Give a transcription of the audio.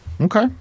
Okay